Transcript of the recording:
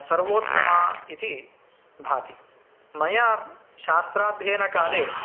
सर्वोत्तमा इति भाति मया शास्त्राध्ययनकाले